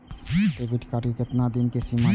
Debit card के केतना दिन के सीमा छै?